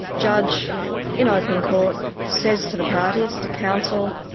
judge in open court says to the parties, to counsel,